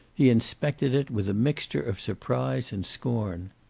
he inspected it with a mixture of surprise and scorn.